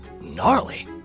Gnarly